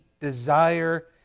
desire